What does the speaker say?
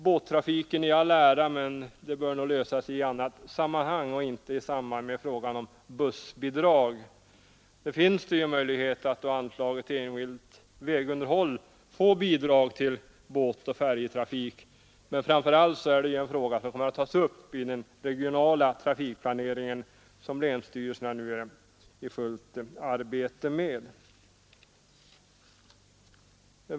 Båttrafiken i all ära, men de problemen bör nog lösas i annat sammanhang. Det finns möjlighet att ur anslaget till enskilt vägunderhåll få bidrag till båtoch färjetrafik, men framför allt är det en fråga som kommer att tas upp i den regionala trafikplanering som länsstyrelserna nu är i fullt arbete med.